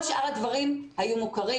כל שאר הדברים היו מוכרים.